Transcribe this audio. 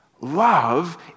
Love